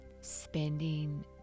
spending